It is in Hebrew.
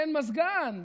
אין מזגן,